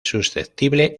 susceptible